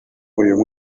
uyu